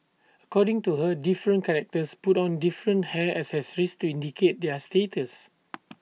according to her different characters put on different hair accessories to indicate their status